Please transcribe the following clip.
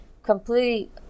completely